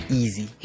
easy